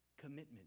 Commitment